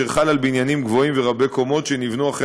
אשר חל על בניינים גבוהים ורבי-קומות שנבנו החל